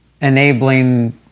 enabling